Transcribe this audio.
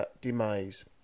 demise